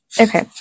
Okay